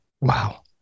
Wow